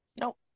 Nope